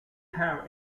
have